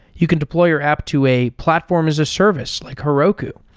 you can deploy your app to a platform as a service, like heroku,